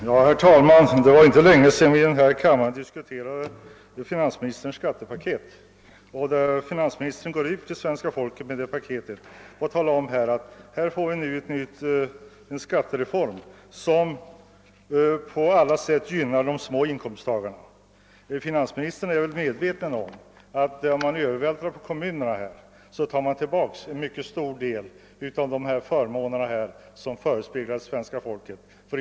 Herr talman! Det var inte länge sedan vi här i kammaren diskuterade finansministerns skattepaket, och finansministern har ju gått ut till svenska folket med detta paket och sagt, att det blir en skattereform som på alla sätt gynnar de små inkomsttagarna. Men finansministern måste vara medveten om att ifall man övervältrar bördor på kommunerna, så tar man tillbaka en mycket stor del av de förmåner som för kort tid sedan förespeglades svenska folket.